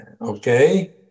Okay